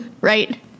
Right